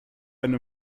eine